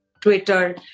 Twitter